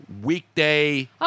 weekday